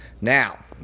now